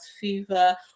fever